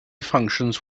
functions